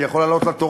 לא.